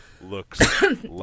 looks